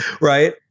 Right